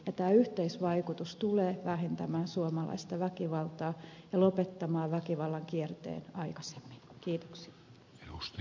tämä yhteisvaikutus tulee vähentämään suomalaista väkivaltaa ja lopettamaan väkivallan kierteen aikaisemmin